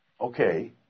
okay